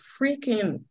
freaking